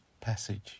passage